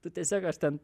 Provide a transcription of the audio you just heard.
tu tiesiog aš ten